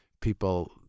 people